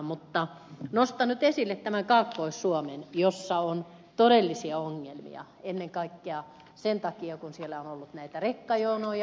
mutta nostan nyt esille tämän kaakkois suomen jossa on todellisia ongelmia ennen kaikkea sen takia että siellä on ollut näitä rekkajonoja